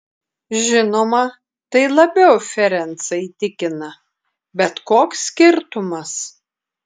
žinoma tai labiau ferencą įtikina bet koks skirtumas